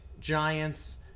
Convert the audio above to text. giants